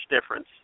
difference